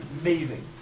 amazing